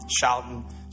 shouting